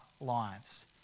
lives